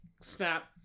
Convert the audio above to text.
snap